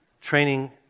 training